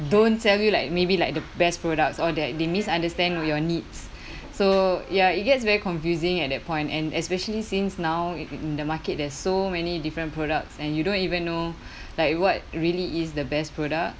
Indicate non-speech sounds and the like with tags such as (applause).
don't sell you like maybe like the best products or that they misunderstand your needs so ya it gets very confusing at that point and especially since now in in the market there's so many different products and you don't even know (breath) like what really is the best product